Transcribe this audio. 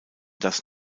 das